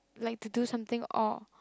like to do something or